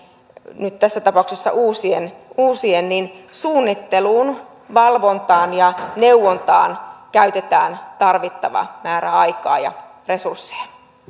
nyt tässä tapauksessa uusien uusien suunnitteluun valvontaan ja neuvontaan käytetään tarvittava määrä aikaa ja resursseja